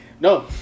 No